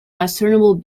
discernible